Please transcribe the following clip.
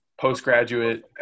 postgraduate